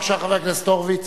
בבקשה, חבר הכנסת הורוביץ.